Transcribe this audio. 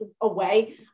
away